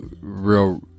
real